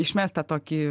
išmes tą tokį